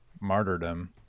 martyrdom